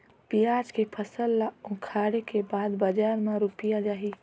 पियाज के फसल ला उखाड़े के बाद बजार मा रुपिया जाही?